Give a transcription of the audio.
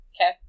Okay